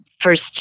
first